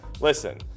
Listen